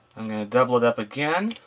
double it up again.